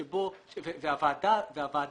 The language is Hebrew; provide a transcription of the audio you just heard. הבנתי.